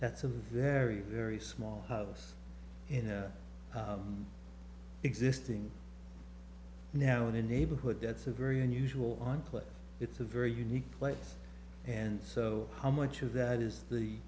that's a very very small house in existing now in a neighborhood that's a very unusual on place it's a very unique place and so how much of that is the